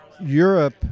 Europe